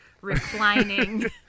reclining